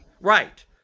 Right